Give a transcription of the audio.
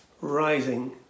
rising